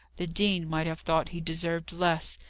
the dean might have thought he deserved less,